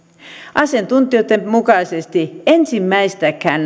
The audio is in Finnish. asiantuntijoitten mukaan ensimmäistäkään